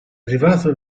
arrivato